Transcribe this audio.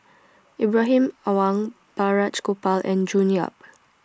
Ibrahim Awang Balraj Gopal and June Yap